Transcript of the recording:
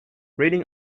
reading